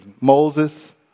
Moses